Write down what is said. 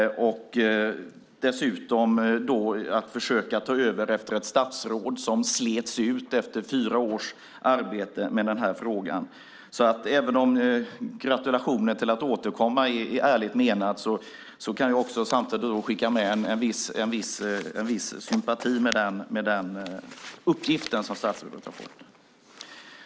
Dessutom har statsrådet fått uppgiften att försöka ta över efter ett statsråd som slets ut efter fyra års arbete med den här frågan. Även om gratulationen i fråga om att återkomma är ärligt menad kan jag också skicka med en viss sympati i och med den uppgift som statsrådet har fått.